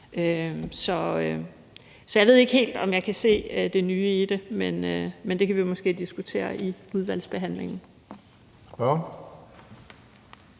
så jeg ved ikke helt, om jeg kan se det nye i det, men det kan vi måske diskutere i udvalgsbehandlingen.